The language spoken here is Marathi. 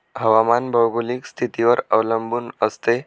हवामान भौगोलिक स्थितीवर अवलंबून असते